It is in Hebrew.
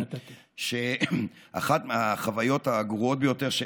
שאחת החוויות הגרועות ביותר,